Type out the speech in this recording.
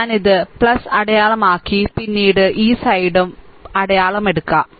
ഞാൻ ഇത് അടയാളം ആക്കി പിനീട് ഈ സൈഡും അടയാളം എടുകാം